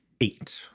eight